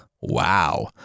Wow